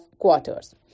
quarters